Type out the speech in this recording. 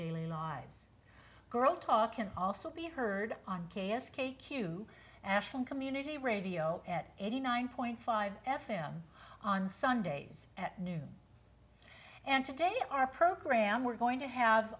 daily lives girl talk can also be heard on k s k q ashwin community radio at eighty nine point five f m on sundays at noon and today our program we're going to have